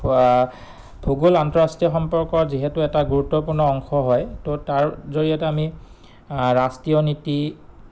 ভূগোল আন্তঃৰাষ্ট্ৰীয় সম্পৰ্ক যিহেতু এটা গুৰুত্বপূৰ্ণ অংশ হয় ত' তাৰ জৰিয়তে আমি ৰাষ্ট্ৰীয় নীতি